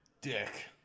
dick